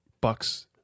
bucks